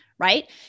Right